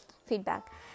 feedback